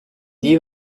die